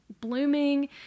blooming